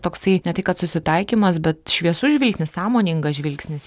toksai ne tai kad susitaikymas bet šviesus žvilgsnis sąmoningas žvilgsnis